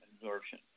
absorption